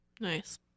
nice